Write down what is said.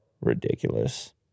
Ridiculous